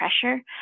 pressure